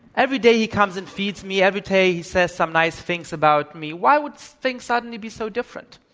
every day he comes and feeds me. every day he says some nice things about me. why would things suddenly be so different?